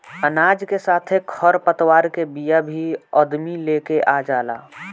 अनाज के साथे खर पतवार के बिया भी अदमी लेके आ जाला